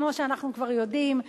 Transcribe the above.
כמו שאנחנו כבר יודעים,